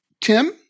Tim